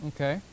Okay